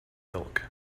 milk